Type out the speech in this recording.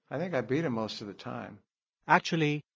i think i beat him most of the time actually,